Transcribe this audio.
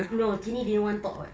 no tini didn't want to talk [what]